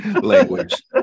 language